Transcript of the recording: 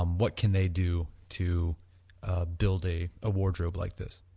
um what can they do to ah build a wardrobe like this?